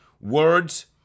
words